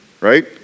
Right